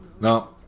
Now